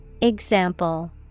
Example